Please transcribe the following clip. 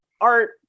art